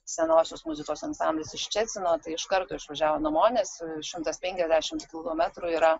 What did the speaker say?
senosios muzikos ansamblis iš ščecino tai iš karto išvažiavo namo nes šimtas penkiasdešimt kilometrų yra